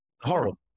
horrible